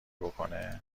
بکنه